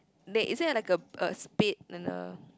they isn't like a a spade and a